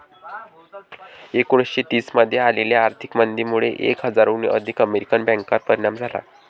एकोणीसशे तीस मध्ये आलेल्या आर्थिक मंदीमुळे एक हजाराहून अधिक अमेरिकन बँकांवर परिणाम झाला